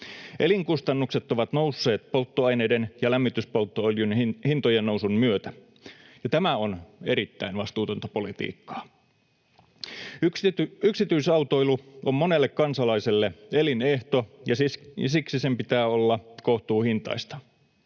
Elinkustannukset ovat nousseet polttoaineiden ja lämmityspolttoöljyn hintojen nousun myötä, ja tämä on erittäin vastuutonta politiikkaa. Yksityisautoilu on monelle kansalaiselle elinehto, ja siksi sen pitää olla kohtuuhintaista.